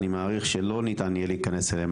אני מעריך שלא ניתן יהיה להיכנס אליהן.